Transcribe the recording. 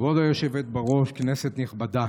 כבוד היושבת בראש, כנסת נכבדה,